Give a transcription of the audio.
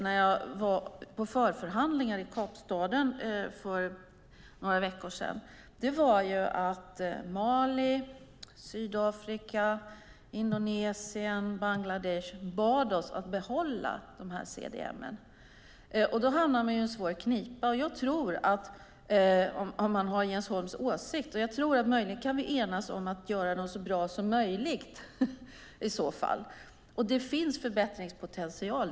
När jag var på förförhandlingar i Kapstaden för några veckor sedan var min upplevelse att Mali, Sydafrika, Indonesien och Bangladesh bad oss att behålla CDM. Då hamnar man i en svår knipa om man har Jens Holms åsikt. Möjligen kan vi enas om att göra dem så bra som möjligt. Det finns ju förbättringspotential.